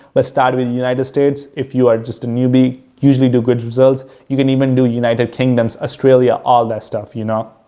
but start with the united states if you are just a newbie, usually do good results. you can even do united kingdom, australia, all that stuff, you know?